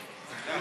תודה.